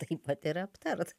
taip vat ir aptart